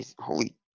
Holy